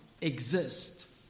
exist